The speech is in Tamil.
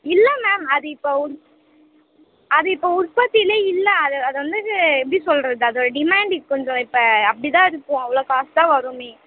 இல்லை மேம் அது இப்போ உற் அது இப்போது உற்பத்தியிலே இல்லை அது அது வந்து எப்படி சொல்கிறது அது டிமாண்டி கொஞ்சம் இப்போ அப்படி தான் இருக்கும் அவ்வளோ காசு தான் வருமே